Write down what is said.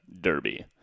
Derby